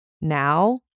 now